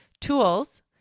tools